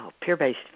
Peer-based